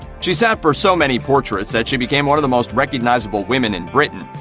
she sat for so many portraits that she became one of the most recognizable women in britain.